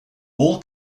all